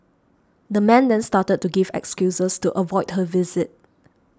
the man then started to give excuses to avoid her visit